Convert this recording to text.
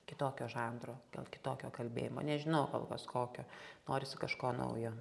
kitokio žanro dėl kitokio kalbėjimo nežinau kol kas kokio norisi kažko naujo